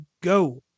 go